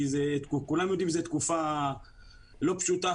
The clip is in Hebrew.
כולם יודעים שזו תקופה לא פשוטה,